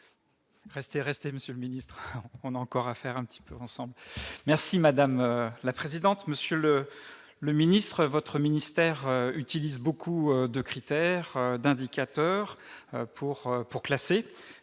merci madame la présidente, monsieur le le ministre votre ministère utilise beaucoup de critères d'indicateurs pour pour classer